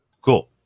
Cool